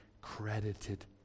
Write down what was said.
credited